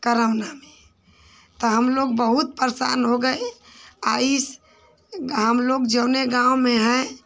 corona में त हमलोग बहुत परेशान हो गए और इस हमलोग जौने गाँव में हैं